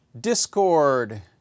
Discord